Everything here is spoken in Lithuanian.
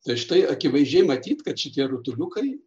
tai štai akivaizdžiai matyt kad šitie rutuliukai